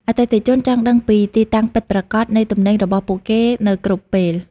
អតិថិជនចង់ដឹងពីទីតាំងពិតប្រាកដនៃទំនិញរបស់ពួកគេនៅគ្រប់ពេល។